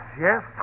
yes